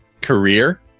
career